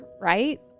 right